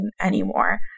anymore